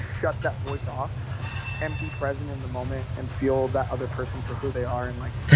shut that voice off and be present in the moment and feel that other person for who they are and, like,